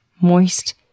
moist